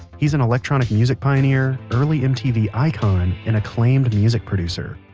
he's an electronic music pioneer, early mtv icon, and acclaimed music producer.